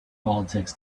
politics